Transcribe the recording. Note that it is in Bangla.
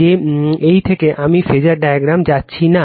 যে এই থেকে আমি ফেজার ডায়াগ্রাম যাচ্ছি না